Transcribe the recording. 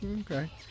okay